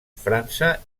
frança